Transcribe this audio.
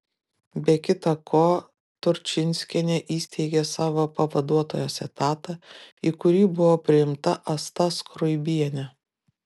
be kita ko turčinskienė įsteigė savo pavaduotojos etatą į kurį buvo priimta asta skruibienė